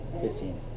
Fifteen